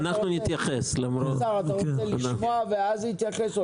השר יתחיל, אני מבקש לא